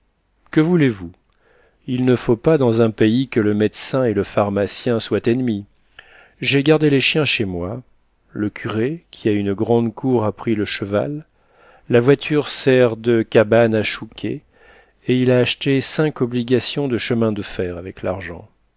que voulez-vous il ne faut pas dans un pays que le médecin et le pharmacien soient ennemis j'ai gardé les chiens chez moi le curé qui a une grande cour a pris le cheval la voiture sert de cabane à chouquet et il a acheté cinq obligations de chemin de fer avec l'argent